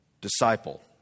disciple